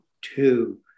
two